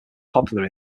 popular